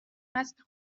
متن